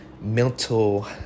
mental